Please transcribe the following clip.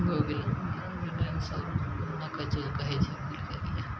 चीज कहै छै खुलिके किये